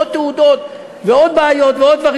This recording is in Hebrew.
עוד תעודות ועוד בעיות ועוד דברים.